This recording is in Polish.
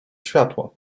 światło